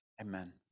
Amen